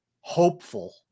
hopeful